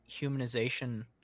humanization